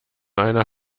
einer